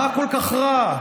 מה כל כך רע?